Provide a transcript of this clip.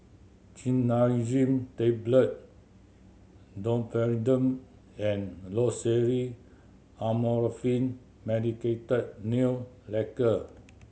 Cinnarizine Tablet Domperidone and Loceryl Amorolfine Medicated Nail Lacquer